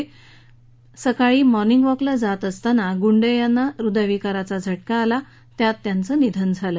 आज सकाळी मॅर्निंग वॉकला जात असताना गुंडे यांना हृदयविकाराचा झटका आला त्यात त्यांचं निधन झालं